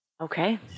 Okay